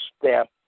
step